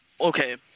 Okay